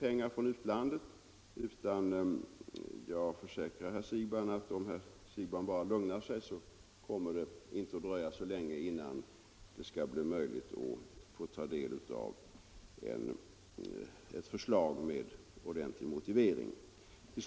Men om herr Siegbahn bara lugnar sig litet kan jag försäkra att det inte kommer att dröja så länge förrän det blir möjligt att ta del av ett ordentligt motiverat förslag härom.